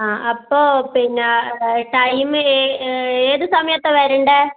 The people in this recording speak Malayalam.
ആ അപ്പോൾ പിന്നെ ആ ടൈമ് ഏ ഏത് സമയത്താണ് വരണ്ടത്